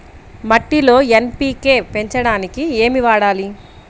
మట్టిలో ఎన్.పీ.కే పెంచడానికి ఏమి వాడాలి?